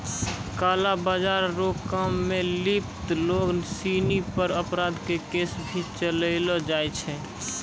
काला बाजार रो काम मे लिप्त लोग सिनी पर अपराध के केस भी चलैलो जाय छै